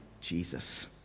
Jesus